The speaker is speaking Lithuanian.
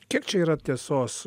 kiek čia yra tiesos